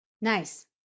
nice